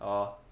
oh